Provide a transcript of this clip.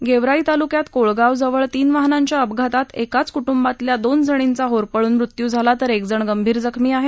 गेवराई तालुक्यात कोळगावजवळ तीन वाहनांच्या अपघातात एकाच कुटुंबातल्या दोन जणींचा होरपळून मृत्यू झाला तर एक जण गंभीर जखमी आहे